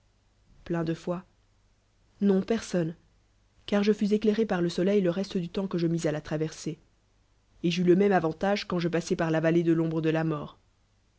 plein de fois non persorme car je fus éclairé par le soleil le l'eslé du temps que je mis a la traverser et j'eus le rnéme avantage quand je passai par la vallée de l'ombre de la mort